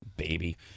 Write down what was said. baby